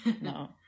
No